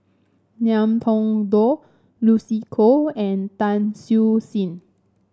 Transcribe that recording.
Ngiam Tong Dow Lucy Koh and Tan Siew Sin